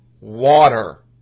water